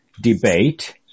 debate